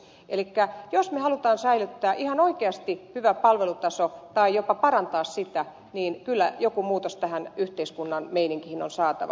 elikkä jos me haluamme säilyttää ihan oikeasti hyvän palvelutason tai jopa parantaa sitä niin kyllä jokin muutos tähän yhteiskunnan meininkiin on saatava